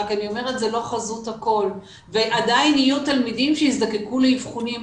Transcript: רק אני אומרת שזה לא חזות הכל ועדיין יהיו תלמידים שיזדקקו להתאמות,